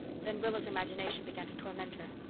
then rilla's imagination began to torment her.